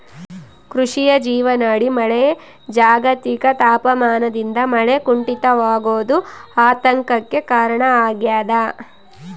ಕೃಷಿಯ ಜೀವನಾಡಿ ಮಳೆ ಜಾಗತಿಕ ತಾಪಮಾನದಿಂದ ಮಳೆ ಕುಂಠಿತವಾಗೋದು ಆತಂಕಕ್ಕೆ ಕಾರಣ ಆಗ್ಯದ